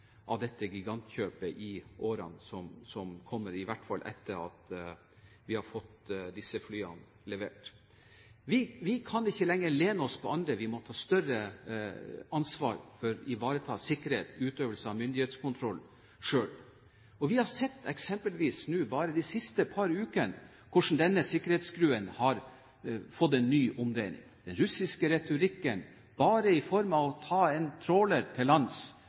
av dette gigantkjøpet i årene som kommer, i hvert fall etter at vi har fått disse flyene levert. Vi kan ikke lenger lene oss på andre, vi må ta større ansvar for å ivareta sikkerhet og utøvelse av myndighetskontroll selv. Vi har eksempelvis nå bare de siste par ukene sett hvordan denne sikkerhetsskruen har fått en ny omdreining. Den russiske retorikken bare ved å ta en tråler til